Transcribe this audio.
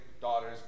daughters